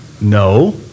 No